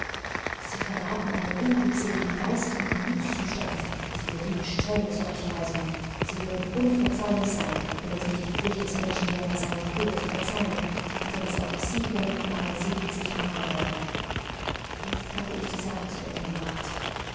sie verraten einen unglückseligen geistes und gemütszustand sie verdienen strenge zurechtweisung sie würden unverzeihlich sein wenn es nicht die pflicht des menschen wäre seinem bruder zu verzeihen und wenn es auch siebenmalsiebzigmal wäre jetzt hatte ich die sache zu ende gebracht